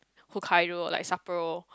Hokkaido like Sapporo